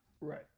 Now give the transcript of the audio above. Right